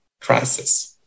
crisis